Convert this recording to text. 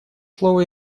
слово